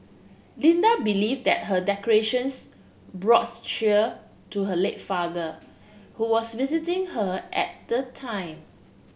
Linda believe that her decorations brought cheer to her late father who was visiting her at the time